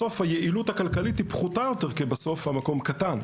בסוף היעילות הכלכלית פחותה יותר כי המקום קטן.